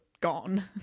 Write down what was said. gone